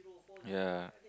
ya